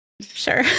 Sure